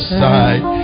side